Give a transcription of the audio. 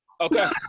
Okay